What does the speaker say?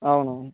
అవును